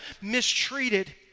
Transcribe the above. mistreated